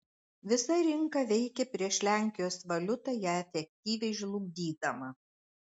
visa rinka veikė prieš lenkijos valiutą ją efektyviai žlugdydama